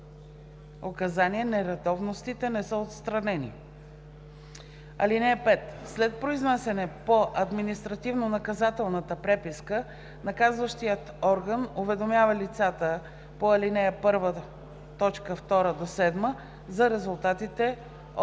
указания нередовностите не са отстранени. (5) След произнасяне по административнонаказателната преписка, наказващият орган уведомява лицата по ал. 1, т. 2 – 7 за резултатите от